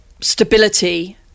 stability